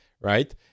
right